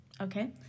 Okay